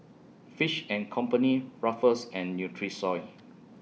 Fish and Company Ruffles and Nutrisoy